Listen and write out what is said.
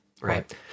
Right